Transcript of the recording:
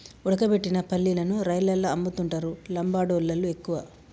ఉడకబెట్టిన పల్లీలను రైలల్ల అమ్ముతుంటరు లంబాడోళ్ళళ్లు ఎక్కువగా